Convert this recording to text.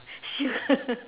sure